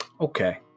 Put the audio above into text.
Okay